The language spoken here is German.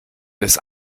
des